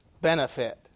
benefit